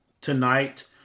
tonight